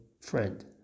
friend